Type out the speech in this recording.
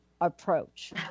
approach